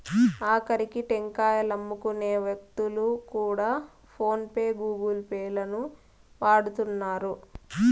ఆకరికి టెంకాయలమ్ముకునే వ్యక్తులు కూడా ఫోన్ పే గూగుల్ పే లను వాడుతున్నారు